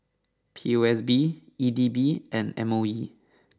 P O S B E D B and M O E